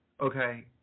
okay